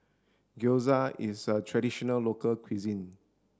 gyoza is a traditional local cuisine